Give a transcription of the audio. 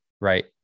right